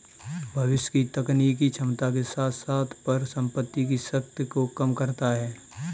भविष्य की तकनीकी क्षमता के साथ साथ परिसंपत्ति की शक्ति को कम करता है